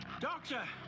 Doctor